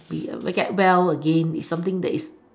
be able to get well again is something that is